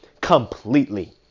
completely